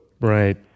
Right